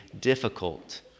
difficult